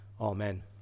amen